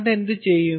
അതെന്തു ചെയ്യും